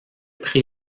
prix